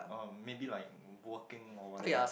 um maybe like working or whatever